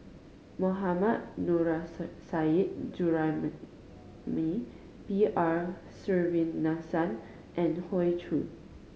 Mohammad Nurrasyid Juraimi B R Sreenivasan and Hoey Choo